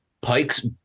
Pike's